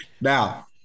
Now